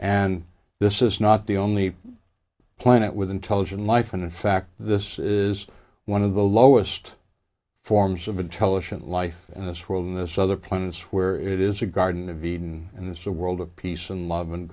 and this is not the only planet with intelligent life and in fact this is one of the lowest forms of intelligent life in this world and this other planets where it is a garden of eden and it's a world of peace and love and